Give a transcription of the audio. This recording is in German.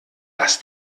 das